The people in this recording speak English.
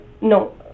no